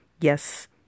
yes